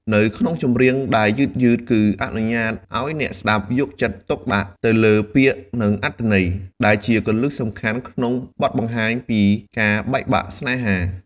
នៅក្នុងចម្រៀងដែលយឺតៗគឺអនុញ្ញាតឲ្យអ្នកស្តាប់យកចិត្តទុកដាក់ទៅលើ ពាក្យ និងអត្ថន័យ ដែលជាគន្លឹះសំខាន់ក្នុងបទបង្ហាញពីការបែកបាក់ស្នេហា។